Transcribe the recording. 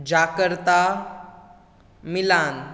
Jakarta Milan